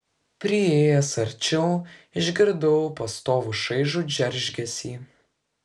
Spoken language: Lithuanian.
priėjęs arčiau išgirdau pastovų šaižų džeržgesį